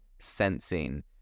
sensing